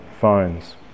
phones